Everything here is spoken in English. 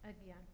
again